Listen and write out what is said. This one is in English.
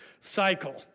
cycle